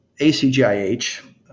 ACGIH